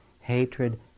hatred